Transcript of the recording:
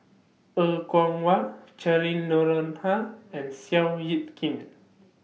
Er Kwong Wah Cheryl Noronha and Seow Yit Kin